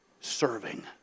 serving